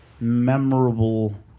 memorable